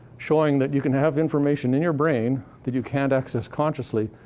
showing that you can have information in your brain that you can't access consciously,